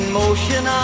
motion